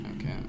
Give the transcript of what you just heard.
Okay